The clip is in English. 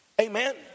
Amen